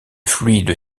fluide